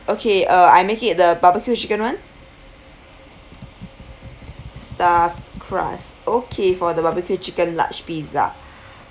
okay uh I make it the barbecue chicken [one] stuffed crust okay for the barbecue chicken large pizza